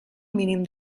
mínim